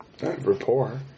rapport